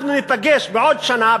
אנחנו ניפגש בעוד שנה,